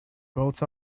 both